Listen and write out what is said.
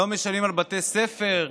לא משלמים על בתי ספר.